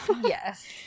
yes